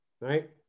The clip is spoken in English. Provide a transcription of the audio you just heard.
Right